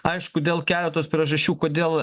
aišku dėl keletos priežasčių kodėl